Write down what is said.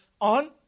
on